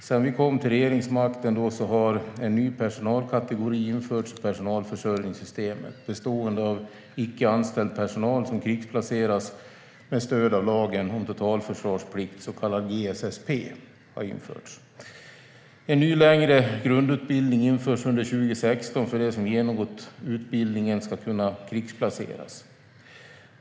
Sedan vi kom till regeringsmakten har en ny personalkategori införts i personalförsörjningssystemet bestående av icke anställd personal som krigsplaceras med stöd av lagen om totalförsvarsplikt, så kallad GSS/P. En ny längre grundutbildning införs under 2016 för att de som har genomgått utbildningen ska kunna krigsplaceras.